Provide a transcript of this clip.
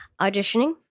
auditioning